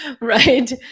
Right